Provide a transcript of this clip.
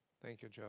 thank you,